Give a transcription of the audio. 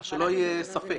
אז שלא יהיה ספק.